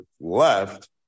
left